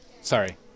Sorry